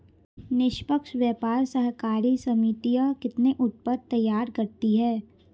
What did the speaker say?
निष्पक्ष व्यापार सहकारी समितियां कितने उत्पाद तैयार करती हैं?